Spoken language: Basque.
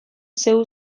zeu